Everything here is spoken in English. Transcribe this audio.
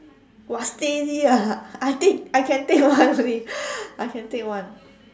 !wah! steady lah I think I can take one only I can take one